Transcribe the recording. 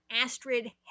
Astrid